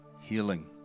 healing